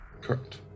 Correct